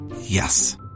Yes